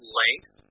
length